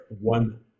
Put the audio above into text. one